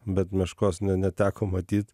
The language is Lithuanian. bet meškos na neteko matyt